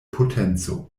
potenco